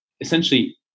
essentially